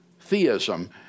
theism